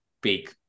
big